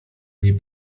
niej